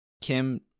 kim